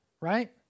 right